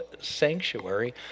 sanctuary